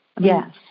Yes